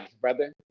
brother